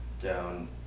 down